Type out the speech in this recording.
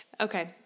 Okay